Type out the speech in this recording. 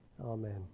Amen